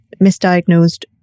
misdiagnosed